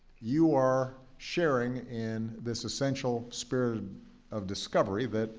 you are sharing in this essential spirit of discovery that